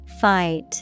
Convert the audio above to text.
Fight